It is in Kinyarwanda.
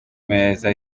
meza